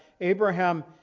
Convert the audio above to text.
Abraham